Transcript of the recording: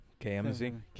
KMZ